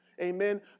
Amen